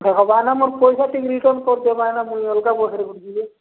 ହବାନା ମୋର ପଇସା ଟିକେ ରିଟର୍ଣ୍ କରିଦବାନାଇ ମୁଇଁ ଅଲଗା ବସ୍ରେ ଉଠି ଯିବି